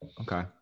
Okay